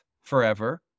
forever